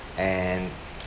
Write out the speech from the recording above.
and